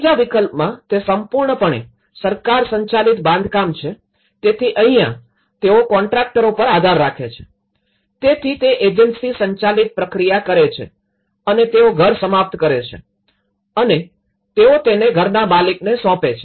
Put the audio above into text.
૩જા વિકલ્પમાં તે સંપૂર્ણપણે સરકાર સંચાલિત બાંધકામ છે તેથી અહીંયા તેઓ કોન્ટ્રાક્ટરોપર આધાર રાખે છે તેથી તે એજન્સી સંચાલિત પ્રક્રિયા કરે છે અને તેઓ ઘર સમાપ્ત કરે છે અને તેઓ તેને ઘરના માલિકને સોંપે છે